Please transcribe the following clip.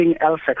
else